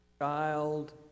child